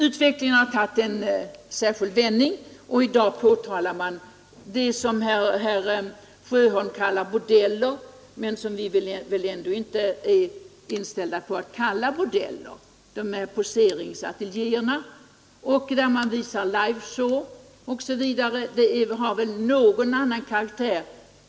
Utvecklingen har tagit en särskild vändning, och i dag påtalar man det som herr Sjöholm kallar bordeller men som vi väl egentligen inte är inställda på att kalla för bordeller. Poseringsateljéerna, klubbarna där visar live show osv. har en något annan karaktär.